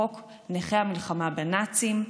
לחוק נכי המלחמה בנאצים,